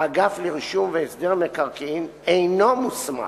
האגף לרישום והסדר מקרקעין אינו מוסמך,